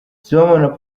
sibomana